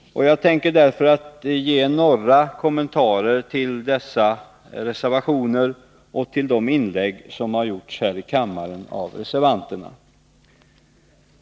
Jag tänker ge några kommentarer till dessa reservationer och till de inlägg som har gjorts här i kammaren av reservanterna.